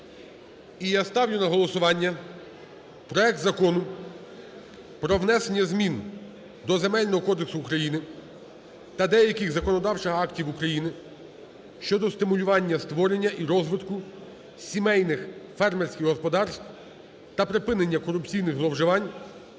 я ставлю на голосування проект Закону про внесення змін до Земельного кодексу України та деяких законодавчих актів України щодо стимулювання створення і розвитку сімейних фермерських господарств та припинення корупційних зловживань